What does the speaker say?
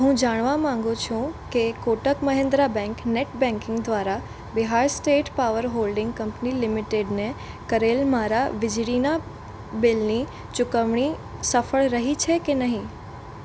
હું જાણવા માંગું છું કે Kotak Mahindra bank net banking દ્વારા Bihar state power holding company લિમિટેડને કરેલ મારા વીજળીના બિલની ચુકવણી સફળ રહી છે કે નહીં